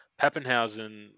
Pappenhausen